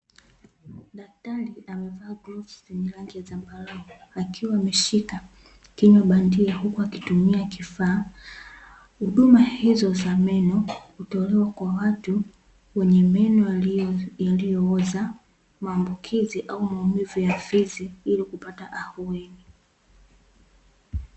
Daktari amevaa glavu zenye rangi ya zambarau akiwa ameshika kiima bandia, huku akitumia kifaa, huduma hizo za meno hutolewa kwa watu wenye meno yaliyooza, maambukizi au maumivu ya fizi ili kupata ahueni.